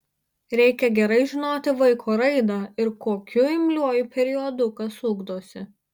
reikia gerai žinoti vaiko raidą ir kokiu imliuoju periodu kas ugdosi